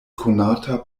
konata